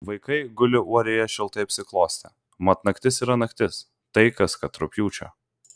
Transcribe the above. vaikai guli uorėje šiltai apsiklostę mat naktis yra naktis tai kas kad rugpjūčio